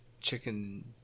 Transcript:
chicken